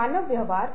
वे वहाँ हमेशा से थी